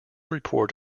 report